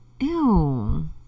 Ew